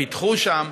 פיתחו שם,